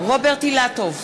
רוברט אילטוב,